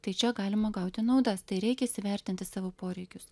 tai čia galima gauti naudos tai reikia įsivertinti savo poreikius